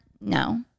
No